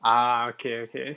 ah okay okay